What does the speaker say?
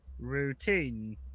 Routine